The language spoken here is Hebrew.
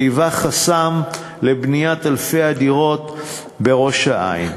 שהיווה חסם לבניית אלפי דירות בראש-העין.